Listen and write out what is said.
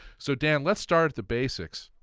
so dan, let's start at the basics.